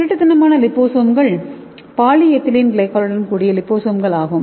திருட்டுத்தனமான லிபோசோம்கள் பாலிஎதிலீன் கிளைகோலுடன் கூடிய லிபோசோம்கள் ஆகும்